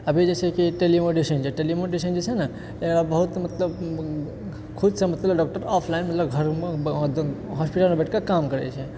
अभी जे छै जे छनि जे छै नहि तेकरा बहुत मतलब खुदसँ मतलब किए लगतै ऑफ़लाइन मतलब घरोमे हरदम हटियामे जबतक काम करै छै